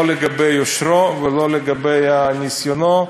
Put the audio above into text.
לא לגבי יושרו ולא לגבי ניסיונו,